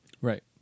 right